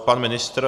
Pan ministr?